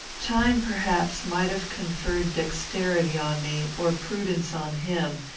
time, perhaps, might have conferred dexterity on me, or prudence on him,